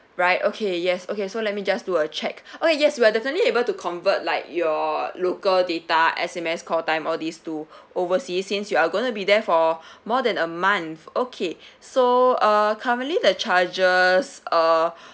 right okay yes okay so let me just do a check uh okay yes we are definitely able to convert like your local data S_M_S call time all these to overseas since you're going to be there for more than a month okay so uh currently the charges uh